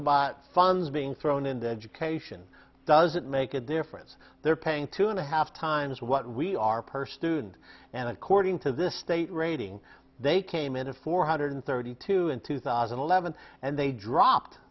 about funds being thrown into education doesn't make a difference they're paying two and a half times what we are per student and according to this state rating they came in a four hundred thirty two in two thousand and eleven and they dropped